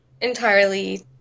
entirely